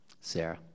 Sarah